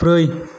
ब्रै